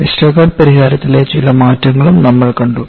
Westergaard പരിഹാരത്തിലെ ചില മാറ്റങ്ങളും നമ്മൾ കണ്ടു